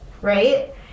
right